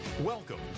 Welcome